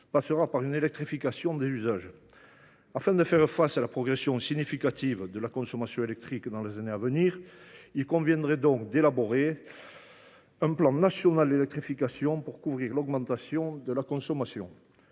passera par une électrification des usages. Afin de faire face à la progression significative de la consommation électrique dans les années à venir, il convient donc d’élaborer un plan national d’électrification pour la couvrir : prolongation optimisée